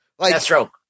Deathstroke